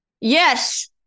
Yes